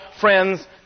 friends